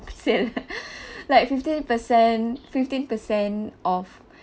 sale like fifteen percent fifteen percent off